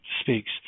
speaks